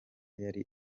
yari